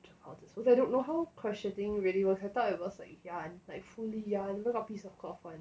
of this okay I don't know how crocheting really works I thought it was like ya like fully yeah you know not a piece of cloth [one]